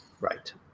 Right